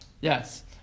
Yes